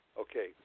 Okay